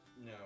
No